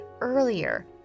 earlier